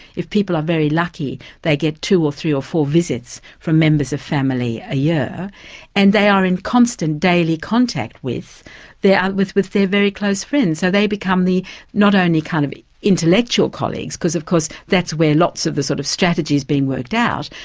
if people are very lucky, they get two or three or four visits from members of family a year and they are in constant daily contact with with with their very close friends. so they become the not only kind of intellectual colleagues, because of course that's where lots of the sort of strategies being worked out,